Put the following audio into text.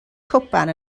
cwpan